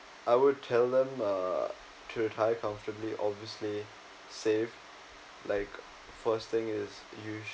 I would tell them uh to retire comfortably obviously save like first thing is you should